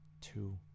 two